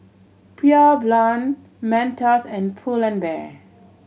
Pure Blonde Mentos and Pull and Bear